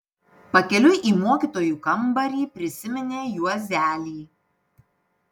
pakeliui į mokytojų kambarį prisiminė juozelį